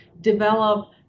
develop